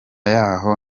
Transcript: yahoo